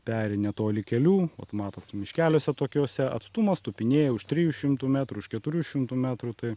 peri netoli kelių vat matot miškeliuose tokiuose atstumas tupinėja už trijų šimtų metrų už keturių šimtų metrų tai